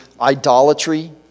idolatry